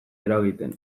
eragiten